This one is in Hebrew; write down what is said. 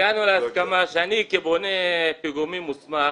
הגענו להסכמה שאני כבונה פיגומים מוסמך